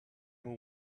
will